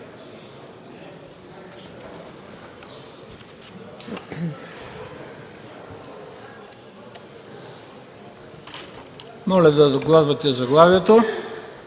моля да докладвате заглавието